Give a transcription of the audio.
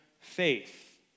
faith